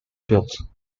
built